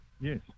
Yes